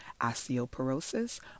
osteoporosis